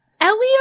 elio